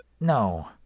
no